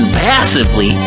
passively